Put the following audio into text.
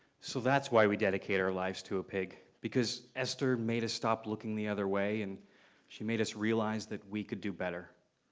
so that's why we dedicate our lives to a pig. because esther made us stop looking the other way, and she made us realize that we could do better.